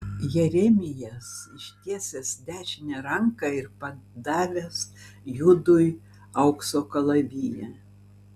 jeremijas ištiesęs dešinę ranką ir padavęs judui aukso kalaviją